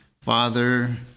Father